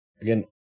again